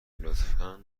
لطفا